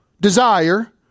desire